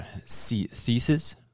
thesis